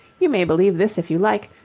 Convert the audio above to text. you may believe this if you like,